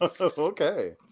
Okay